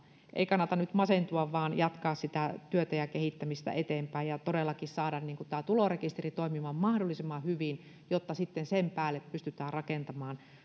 ei kannata nyt masentua vaan kannattaa jatkaa sitä työtä ja kehittämistä eteenpäin ja todellakin saada tulorekisteri toimimaan mahdollisimman hyvin jotta sitten sen päälle pystytään rakentamaan